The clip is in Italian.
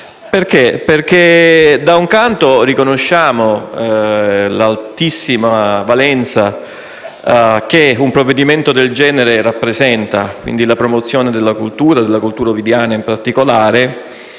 in difficoltà. Da un canto, riconosciamo l'altissima valenza che un provvedimento del genere rappresenta: la promozione della cultura e di quella ovidiana in particolare,